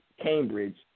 Cambridge